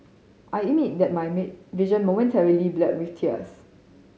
I that my vision momentarily blurred with tears